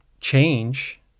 change